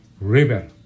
river